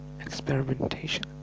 experimentation